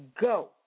go